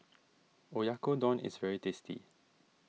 Oyakodon is very tasty